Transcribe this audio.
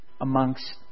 amongst